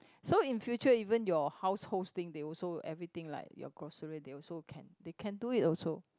so in future even your household thing they also everything like your grocery they also can they can do it also